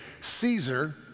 Caesar